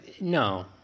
No